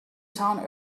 town